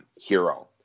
Hero